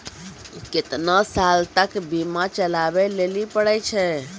केतना साल तक बीमा चलाबै लेली पड़ै छै?